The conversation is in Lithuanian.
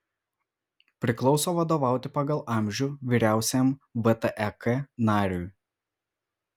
priklauso vadovauti pagal amžių vyriausiam vtek nariui